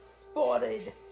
Spotted